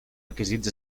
requisits